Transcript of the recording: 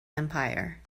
empire